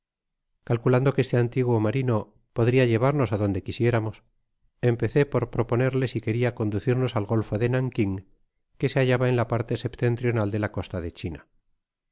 calculando que este antiguo marino podria llevarnos adonde quisiéramos empecé por proponerle si queria conducirnos al golfo de nanking que se hallaba en a parte septentrional de la costa de china